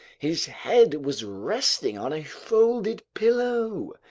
his head was resting on a folded pillow.